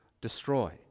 destroy